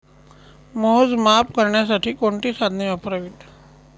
मोजमाप करण्यासाठी कोणती साधने वापरावीत?